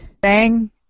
bang